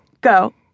go